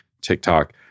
TikTok